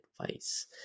advice